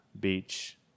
beach